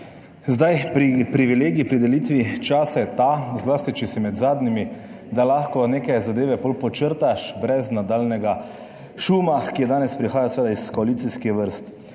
Zdaj privilegij pri delitvi časa je ta, zlasti če si med zadnjimi, da lahko neke zadeve pol podčrtaš brez nadaljnjega šuma, ki danes prihaja seveda iz koalicijskih vrst.